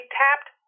tapped